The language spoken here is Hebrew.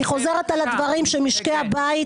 היא חוזרת על הדברים של משקי הבית,